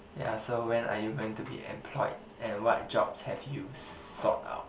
ya so when are you going to be employed and what jobs have you sort out